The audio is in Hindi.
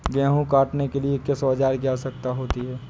गेहूँ काटने के लिए किस औजार की आवश्यकता होती है?